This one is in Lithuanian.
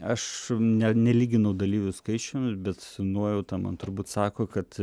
aš net nelyginu dalyvių skaičiumi bet nuojauta man turbūt sako kad